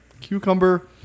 cucumber